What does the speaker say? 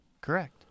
Correct